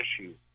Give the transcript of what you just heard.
issues